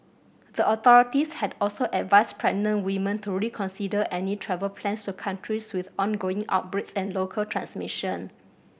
the authorities had also advised pregnant women to reconsider any travel plans to countries with ongoing outbreaks and local transmission